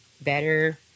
better